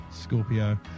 Scorpio